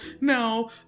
no